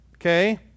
Okay